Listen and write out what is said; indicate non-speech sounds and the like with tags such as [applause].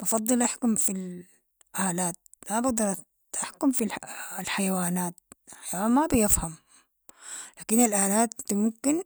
بفضل أحكم في الآلات، ما بقدر- احكم في [hesitation] الحيوانات، الحيوانان ما بيفهم، لكن الآلات انت ممكن